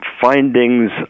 findings